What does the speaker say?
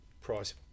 price